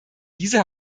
diese